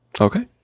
Okay